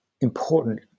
important